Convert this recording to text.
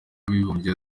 w’abibumbye